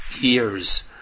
years